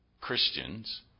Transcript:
Christians